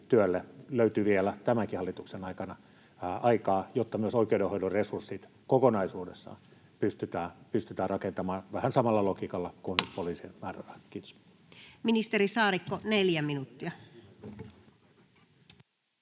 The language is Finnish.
työlle löytyy vielä tämänkin hallituksen aikana aikaa, jotta myös oikeudenhoidon resurssit kokonaisuudessaan pystytään rakentamaan vähän samalla logiikalla kuin nyt poliisin määrärahat. — Kiitos. Ministeri Saarikko, 4 minuuttia.